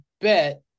bet